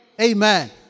Amen